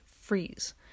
freeze